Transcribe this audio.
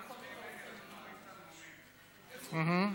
חבר הכנסת אילן גילאון, מוותר,